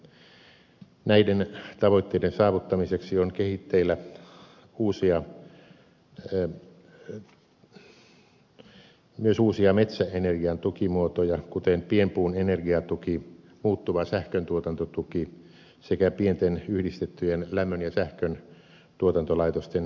näiden tavoitteiden saavuttamiseksi on kehitteillä myös uusia metsäenergian tukimuotoja kuten pienpuun energiatuki muuttuva sähköntuotantotuki sekä pienten yhdistettyjen lämmön ja sähköntuotantolaitosten syöttötariffi